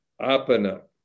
apana